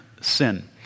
sin